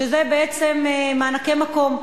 שזה בעצם מענקי מקום,